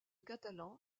catalan